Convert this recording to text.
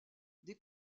des